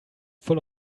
full